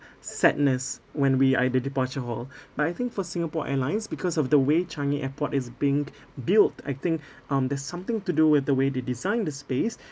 sadness when we at the departure hall but I think for Singapore Airlines because of the way changi airport is being built I think um there's something to do with the way they designed the space